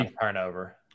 Turnover